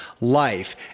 life